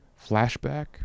flashback